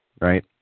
right